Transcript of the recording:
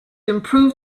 improve